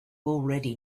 already